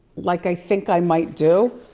like i think i might do.